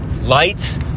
Lights